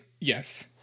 Yes